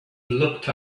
looked